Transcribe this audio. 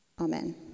Amen